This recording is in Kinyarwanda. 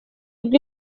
nabwo